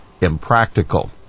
impractical